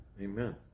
Amen